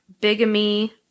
Bigamy